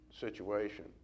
situation